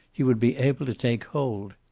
he would be able to take hold.